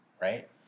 right